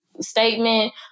statement